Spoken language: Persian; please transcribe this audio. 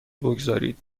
بگذارید